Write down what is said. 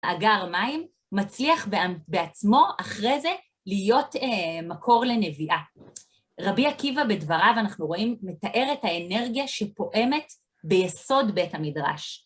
מאגר מים, מצליח בעצמו, אחרי זה, להיות מקור לנביעה. רבי עקיבא בדבריו, אנחנו רואים, מתאר את האנרגיה שפועמת ביסוד בית המדרש.